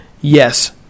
yes